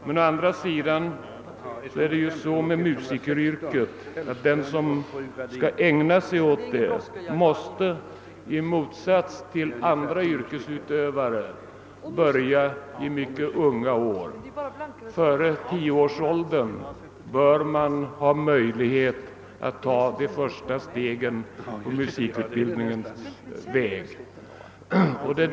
Men det är ju så med musikeryrket att den som skall ägna sig åt det måste, i motsats till andra yrkesutövare, börja i mycket unga år; före tioårsåldern bör man ha möjlighet att ta det första stegen på musikutbildningens väg.